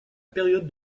période